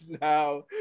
now